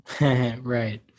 right